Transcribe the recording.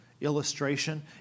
illustration